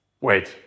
Wait